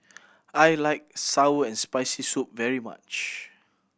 I like sour and Spicy Soup very much